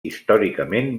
històricament